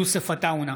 יוסף עטאונה,